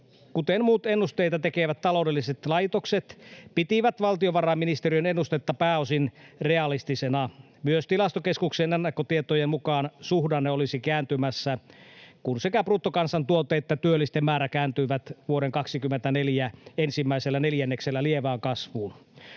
kuten muut ennusteita tekevät taloudelliset laitokset, pitivät valtiovarainministeriön ennustetta pääosin realistisena. Myös Tilastokeskuksen ennakkotietojen mukaan suhdanne olisi kääntymässä, kun sekä bruttokansantuote että työllisten määrä kääntyvät vuoden 24 ensimmäisellä neljänneksellä lievään kasvuun.